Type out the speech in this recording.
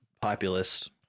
populist